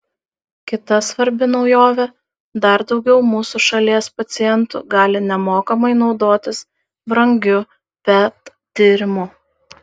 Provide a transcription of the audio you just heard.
kita svarbi naujovė dar daugiau mūsų šalies pacientų gali nemokamai naudotis brangiu pet tyrimu